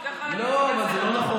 אתם, למה לא עשיתם את זה עד היום?